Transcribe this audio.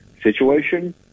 situation